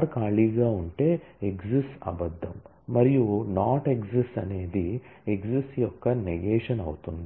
r ఖాళీగా ఉంటే exists అబద్ధం మరియు నాట్ ఎక్సిస్ట్స్ అనేది ఎక్సిస్ట్స్ యొక్క నేగేషన్ అవుతుంది